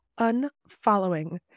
unfollowing